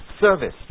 service